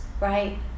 right